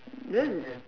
then